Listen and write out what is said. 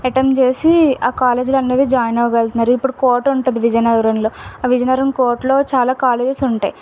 attempt చేసి ఆ కాలేజ్లో అనేది జాయిన్ అవ్వగలుగుతున్నారు ఇప్పడు కోట ఉంటుంది విజయనగరంలో ఆ విజయనగరం కోటలో చాలా కాలేజెస్ ఉంటాయి